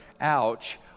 ouch